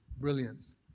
brilliance